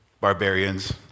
barbarians